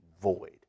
void